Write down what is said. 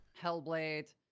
Hellblade